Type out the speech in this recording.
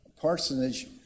parsonage